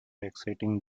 exciting